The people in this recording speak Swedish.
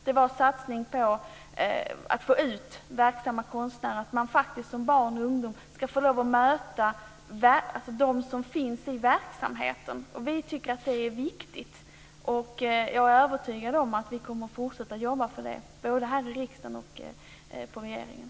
Det var en satsning på att få ut verksamma konstnärer så att barn och ungdomar ska få lov att möta dem som finns i verksamheten. Vi tycker att det är viktigt. Jag är övertygad om att vi kommer att fortsätta att jobba för det både här i riksdagen och i regeringen.